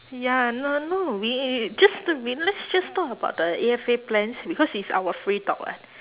ya now now we just t~ let's just talk about the A_F_A plans because it's our free talk [what]